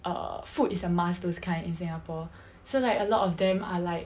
err food is a must those kind in singapore so like a lot of them are like